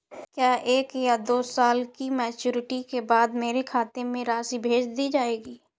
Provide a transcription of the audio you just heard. क्या एक या दो साल की मैच्योरिटी के बाद मेरे खाते में राशि भेज दी जाएगी?